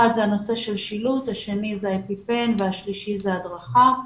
ראשית, שילוט, שנית, האפיפן, והשלישי, הדרכה.